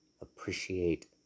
appreciate